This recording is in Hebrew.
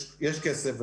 יש כסף,